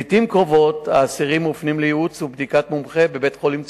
לעתים קרובות האסירים מופנים לייעוץ ולבדיקת מומחה בבית-חולים ציבורי,